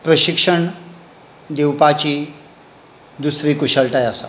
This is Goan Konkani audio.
प्रशिक्षण दिवपाची दुसरी कुशळटाय आसा